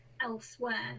elsewhere